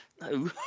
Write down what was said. No